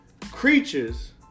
creatures